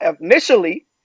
initially